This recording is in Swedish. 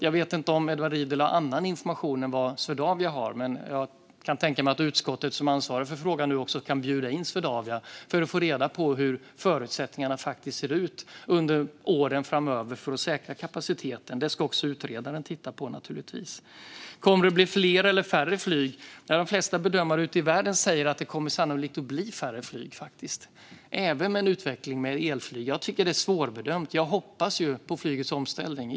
Jag vet inte om Edward Riedl har annan information än Swedavia har, men jag kan tänka mig att utskottet som ansvarar för frågan kan bjuda in Swedavia för att få reda på hur förutsättningarna faktiskt ser ut under åren framöver för att säkra kapaciteten. Det ska också utredaren titta på, naturligtvis. Kommer det att bli fler eller färre flyg? Ja, de flesta bedömare ute i världen säger att det sannolikt kommer att bli färre flyg även med en utveckling med elflyg. Jag tycker att det är svårbedömt. Jag hoppas ju på flygets omställning.